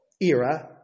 era